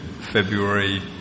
February